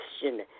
question